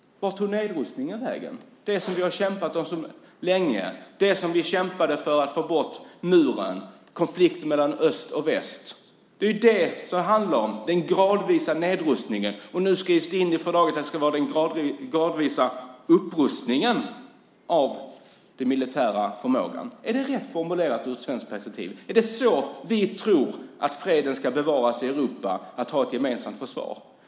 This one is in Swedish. Vart tog nedrustningen vägen, det som vi har kämpat för så länge? Vi kämpade för att få bort muren och konflikten mellan öst och väst. Det är det som det handlar om, alltså den gradvisa nedrustningen. Och nu skrivs det in i fördraget att det ska vara en gradvis upprustning av den militära förmågan. Är det rätt formulerat ur ett svenskt perspektiv? Är det så vi tror att freden ska bevaras i Europa - att ha ett gemensamt försvar?